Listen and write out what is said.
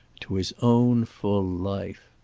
to his own full life.